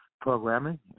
programming